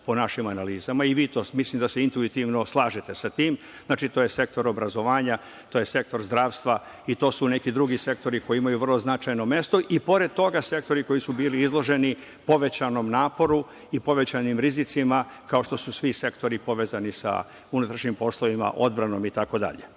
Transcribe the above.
po našim analizama. Mislim da se i vi intuitivno slažete sa tim, znači, to je sektor obrazovanja, to je sektor zdravstva i to su neki drugi sektori koji imaju vrlo značajno mesto i pored toga sektori koji su bili izloženi povećanom naporu i povećanim rizicima, kao što su svi sektori povezani sa unutrašnjim poslovima, odbranom